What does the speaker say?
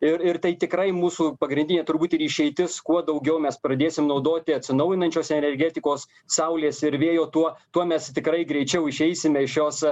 ir ir tai tikrai mūsų pagrindinė turbūt ir išeitis kuo daugiau mes pradėsim naudoti atsinaujinančios energetikos saulės ir vėjo tuo tuo mes tikrai greičiau išeisime iš šios